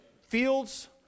fields